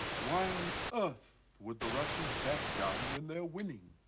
why on earth would the russians back down when they're winning?